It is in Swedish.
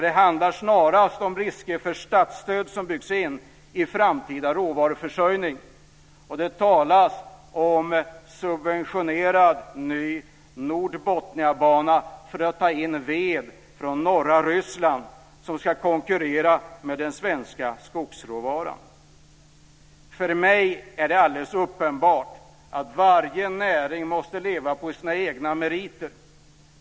Det handlar snarast om risker för statsstöd som byggs in i framtida råvaruförsörjning, och det talas om en subventionerad ny Nordbotniabana för att ta in ved från norra Ryssland som ska konkurrera med den svenska skogsråvaran. För mig är det alldeles uppenbart att varje näring måste leva på sina egna meriter.